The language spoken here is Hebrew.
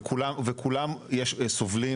וכולם סובלים